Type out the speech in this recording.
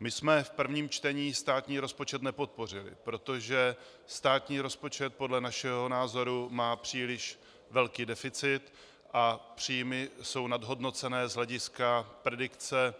My jsme v prvním čtení státní rozpočet nepodpořili, protože státní rozpočet má podle našeho názoru příliš velký deficit a příjmy jsou nadhodnocené z hlediska predikce